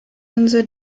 insel